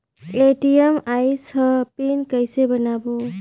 ATM आइस ह PIN कइसे बनाओ?